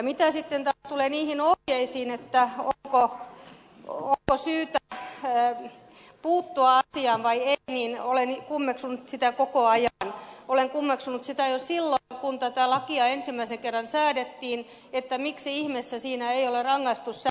mitä sitten taas tulee niihin ohjeisiin onko syytä puuttua asiaan vai ei niin olen kummeksunut sitä koko ajan olen kummeksunut sitä jo silloin kun tätä lakia ensimmäisen kerran säädettiin miksi ihmeessä siinä ei ole rangaistussäännöstä